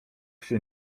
się